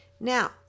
Now